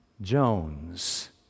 Jones